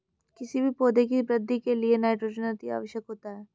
किसी भी पौधे की वृद्धि के लिए नाइट्रोजन अति आवश्यक होता है